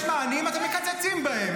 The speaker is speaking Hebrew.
יש מענים, אתם מקצצים בהם.